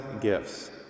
gifts